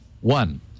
One